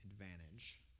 advantage